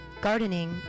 gardening